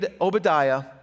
Obadiah